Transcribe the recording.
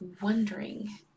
wondering